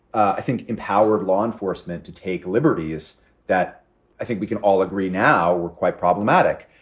i think, empowered law enforcement to take liberties that i think we can all agree now were quite problematic.